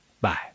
Bye